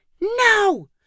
No